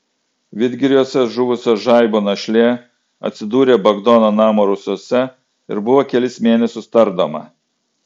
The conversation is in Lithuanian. vidgiriuose žuvusio žaibo našlė atsidūrė bagdono namo rūsiuose ir buvo kelis mėnesius tardoma